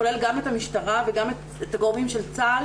כולל גם את המשטרה וגם את הגורמים של צה"ל